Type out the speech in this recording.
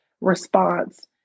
response